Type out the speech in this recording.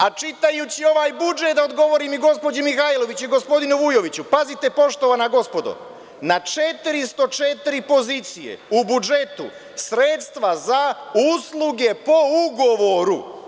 A čitajući ovaj budžet, da odgovorim i gospođi Mihajlović i gospodinu Vujoviću, pazite, poštovana gospodo, na 404 pozicije u budžetu sredstva za usluge po ugovoru.